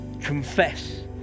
confess